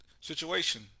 situation